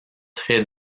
très